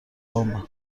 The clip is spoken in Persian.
عامه